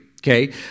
Okay